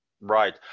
Right